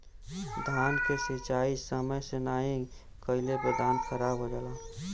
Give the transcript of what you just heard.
धान के सिंचाई समय से नाहीं कइले पे धान खराब हो जाला